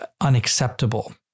unacceptable